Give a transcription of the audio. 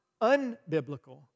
unbiblical